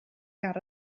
ger